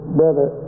brother